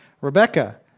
Rebecca